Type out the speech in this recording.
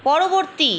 পরবর্তী